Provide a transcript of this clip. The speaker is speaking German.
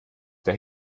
der